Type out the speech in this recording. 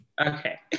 okay